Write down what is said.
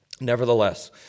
Nevertheless